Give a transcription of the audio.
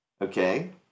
Okay